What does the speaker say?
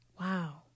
wow